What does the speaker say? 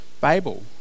Babel